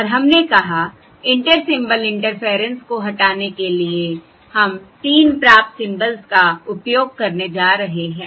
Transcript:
और हमने कहा इंटर सिंबल इंटरफेयरेंस को हटाने के लिए हम 3 प्राप्त सिंबल्स का उपयोग करने जा रहे हैं